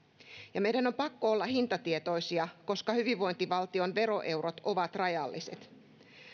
ja meidän on pakko olla hintatietoisia koska hyvinvointivaltion veroeurot ovat rajalliset